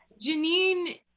Janine